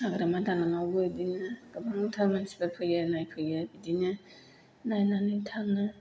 हाग्रामा दालाङावबो इदिनो गोबांथार मानसिफोर फैयो नायफैयो बिदिनो नायनानै थाङो